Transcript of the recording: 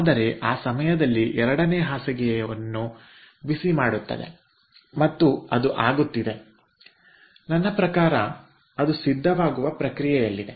ಆದರೆ ಆ ಸಮಯದಲ್ಲಿ ಎರಡನೇ ಬೆಡ್ ಬಿಸಿ ಆಗಲ್ಪಡುತ್ತದೆ ಮತ್ತು ಅದು ಆಗುತ್ತಿದೆ ನನ್ನ ಪ್ರಕಾರ ಅದು ಸಿದ್ಧವಾಗುವ ಪ್ರಕ್ರಿಯೆಯಲ್ಲಿದೆ